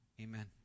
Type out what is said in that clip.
Amen